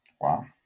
wow